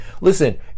listen